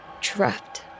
Trapped